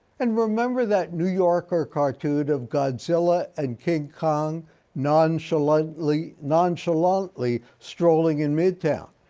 and remember that new yorker cartoon of godzilla and king kong nonchalantly nonchalantly strolling in midtown?